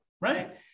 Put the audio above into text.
right